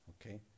Okay